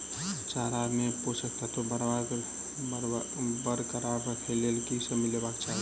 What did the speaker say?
चारा मे पोसक तत्व बरकरार राखै लेल की सब मिलेबाक चाहि?